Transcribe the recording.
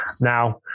Now